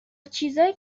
چیزای